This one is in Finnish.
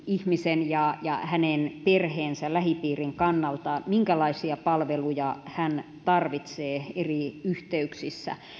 ihmisen ja ja hänen perheensä lähipiirin kannalta että minkälaisia palveluja hän tarvitsee eri yhteyksissä